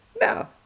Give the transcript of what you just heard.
No